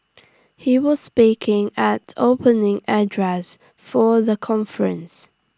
he was speaking at opening address for the conference